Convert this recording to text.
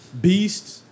Beasts